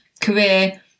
career